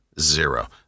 Zero